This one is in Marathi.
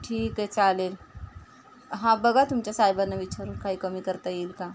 ठीक आहे चालेल हां बघा तुमच्या साहेबांना विचारून काही कमी करता येईल का